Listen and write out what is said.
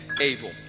able